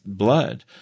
blood